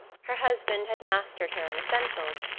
her husband had mastered her in essentials,